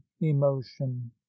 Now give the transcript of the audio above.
emotion